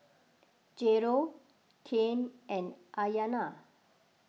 Jairo Cain and Ayana